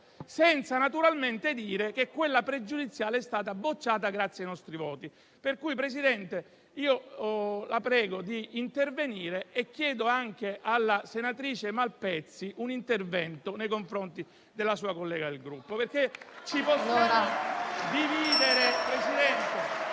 senza naturalmente dire che quella pregiudiziale è stata bocciata grazie ai nostri voti. Presidente, la prego di intervenire e chiedo anche alla senatrice Malpezzi di agire nei confronti della sua collega del Gruppo